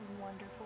wonderful